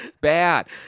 bad